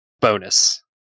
bonus